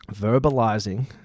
verbalizing